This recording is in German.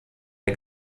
der